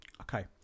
Okay